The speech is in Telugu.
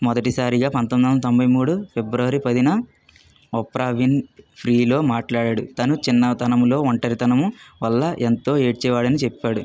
మొదటిసారిగా పంతొమ్మిది వందల తొంభై మూడు ఫిబ్రవరి పదిన ఓప్రావిన్ ఫ్రీ లో మాట్లాడాడు తను చిన్నతనంలో ఒంటరితనం వల్ల ఎంతో ఏడ్చేవాడు అని చెప్పాడు